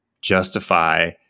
justify